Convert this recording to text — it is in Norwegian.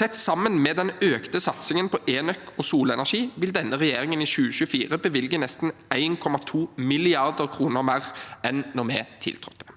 Sett sammen med den økte satsingen på enøk og solenergi vil denne regjeringen i 2024 bevilge nesten 1,2 mrd. kr mer enn da vi tiltrådte.